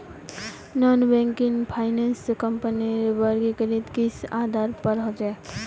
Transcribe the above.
Non banking finance कंपनीर वर्गीकरण किस आधार पर होचे?